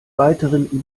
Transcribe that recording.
weiteren